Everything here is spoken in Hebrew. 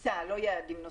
הסמכות.